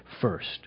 First